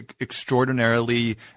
extraordinarily